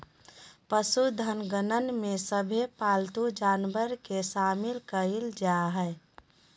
पशुधन गणना में सभे पालतू जानवर के शामिल कईल जा हइ